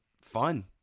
fun